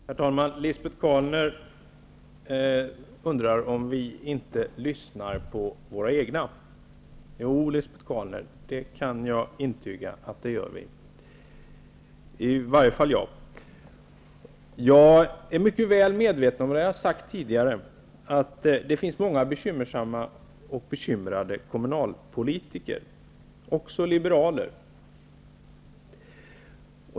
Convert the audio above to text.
Herr talman! Lisbet Calner undrar om vi inte lyssnar på våra egna. Jo, Lisbet Calner, det kan jag intyga att vi gör, i varje fall jag. Jag är mycket väl medveten om -- det har jag sagt tidigare -- att det finns många bekymrade kommunalpolitiker, också liberaler.